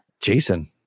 Jason